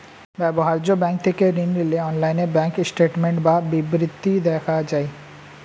ব্যবহার্য ব্যাঙ্ক থেকে ঋণ নিলে অনলাইনে ব্যাঙ্ক স্টেটমেন্ট বা বিবৃতি দেখা যায়